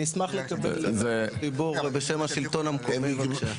אני אשמח לקבל חיבור בשם השלטון המקומי בבקשה.